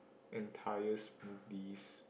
entire smoothies